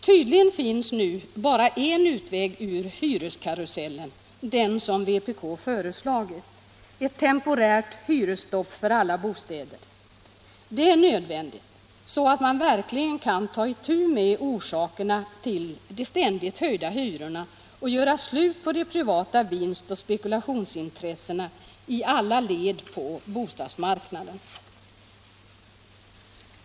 Tydligen finns nu dara en utväg ur hyreskarusellen, den som vpk föreslagit, nämligen ett temporärt hyresstopp för alla bostäder. Det är nödvändigt så att man verkligen kan ta itu med orsakerna till de ständigt höjda hyrorna och göra slut på de privata vinst och spekulationsintressena i alla led på bostadsmarknaden.